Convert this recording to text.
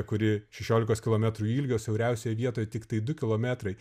kuri šešiolikos kilometrų ilgio siauriausioj vietoj tiktai du kilometrai